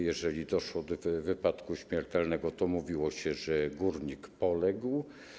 Jeżeli doszło do wypadku śmiertelnego, to mówiło się, że górnik poległ.